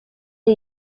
die